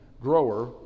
grower